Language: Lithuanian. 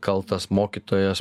kaltas mokytojas